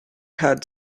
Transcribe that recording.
had